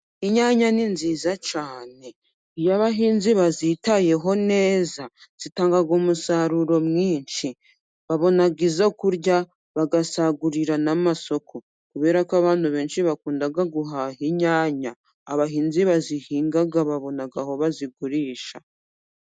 Inyanya ni nziza cyane ,iyo abahinzi bazitayeho neza zitanga umusaruro mwinshi babona izo kurya bagasagurira n'amasoko kuberako abantu benshi bakunda guhaha inyanya ,abahinzi bazihinga babona aho bazigurisha.